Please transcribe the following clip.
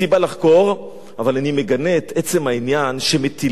אבל אני מגנה את עצם העניין שמטילים אימה על רבנים,